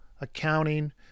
accounting